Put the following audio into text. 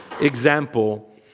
example